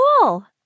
cool